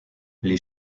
les